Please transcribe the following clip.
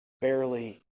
barely